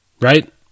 right